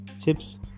chips